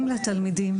לתלמידים,